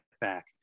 Back